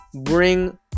bring